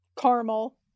Caramel